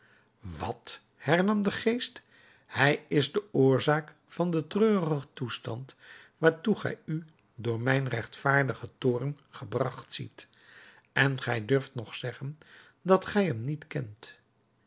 wat hernam de geest hij is de oorzaak van den treurigen toestand waartoe gij u door mijn regtvaardigen toorn gebragt ziet en gij durft nog zeggen dat gij hem niet kent